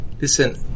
listen